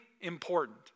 important